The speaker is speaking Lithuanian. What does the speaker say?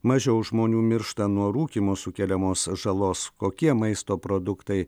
mažiau žmonių miršta nuo rūkymo sukeliamos žalos kokie maisto produktai